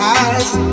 eyes